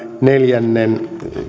neljännen